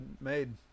Made